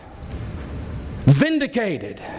Vindicated